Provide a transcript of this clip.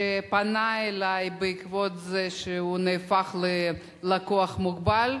שפנה אלי בעקבות זה שהוא נהפך ללקוח מוגבל.